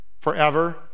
Forever